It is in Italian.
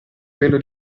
velo